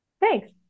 Thanks